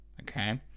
okay